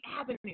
avenue